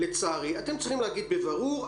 לצערי אתם צריכים להגיד בבירור,